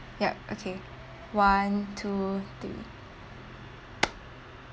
ya okay one two three